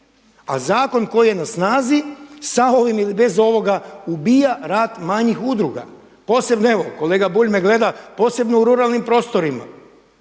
A zakon koji je na snazi sa ovim ili bez ovoga ubija rad manjih udruga posebno evo, kolega Bulj me gleda, posebno u ruralnim prostorima,